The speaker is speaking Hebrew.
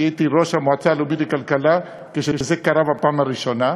אני הייתי ראש המועצה הלאומית לכלכלה כשזה קרה בפעם הראשונה,